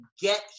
get